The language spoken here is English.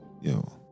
Yo